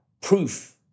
Proof